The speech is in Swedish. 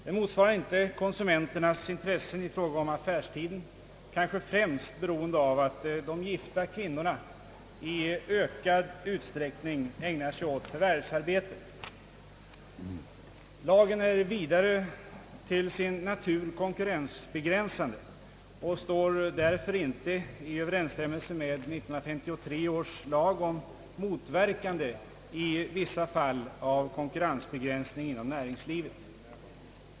Den motsvarar inte konsumenternas önskemål i fråga om affärstider, kanske främst beroende på att de gifta kvinnorna i ökad utsträckning ägnar sig åt förvärvsarbete. Lagen är vidare till sin natur konkurrensbegränsande och står därför inte i överensstämmelse med 1953 års lag om motverkande i vissa fall av konkurrensbegränsning inom näringslivet.